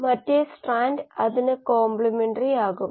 ഈ പ്രഭാഷണത്തിന്റെ ഉദ്ദേശ്യങ്ങൾക്കായി ഇത് മതിയായതാണെന്ന് ഞാൻ കരുതുന്നു